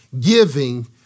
giving